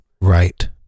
Right